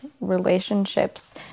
relationships